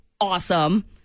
awesome